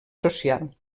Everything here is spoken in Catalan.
social